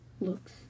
looks